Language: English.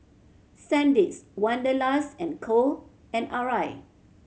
Sandisk Wanderlust and Co and Arai